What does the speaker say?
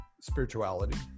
spirituality